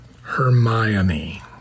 Hermione